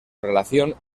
relación